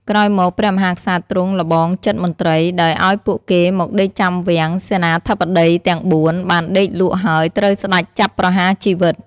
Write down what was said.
ក្រោយមក ព្រះមហាក្សត្រទ្រង់ល្បងចិត្តមន្ត្រី ដោយអោយពួកគេមកដេកចាំវាំង សេនាបតីទាំង ៤ បានដេកលក់ហើយត្រូវស្តេចចាប់ប្រហារជីវិត។